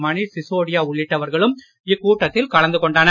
மணீஷ் சிசோடியா உள்ளிட்டவர்களும் இக்கூட்டத்தில் கலந்து கொண்டனர்